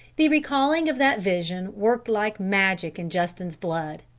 the recalling of that vision worked like magic in justin's blood.